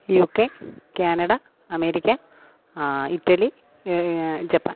UK Canada America Italy Japan